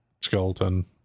skeleton